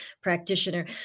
practitioner